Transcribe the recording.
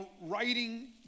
writing